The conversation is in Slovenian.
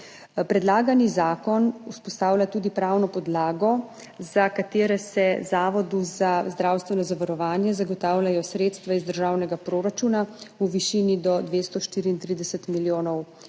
Predlagani zakon vzpostavlja tudi pravno podlago, za katere se Zavodu za zdravstveno zavarovanje zagotavljajo sredstva iz državnega proračuna v višini do 234 milijonov evrov.